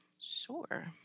Sure